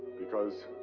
because.